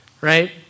right